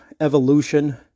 evolution